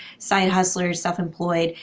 side hustlers, self-employed,